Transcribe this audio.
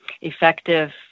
effective